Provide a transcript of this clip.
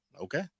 Okay